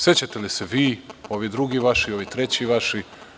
Sećate li se vi, ovi drugi vaši, ovi treći vaši?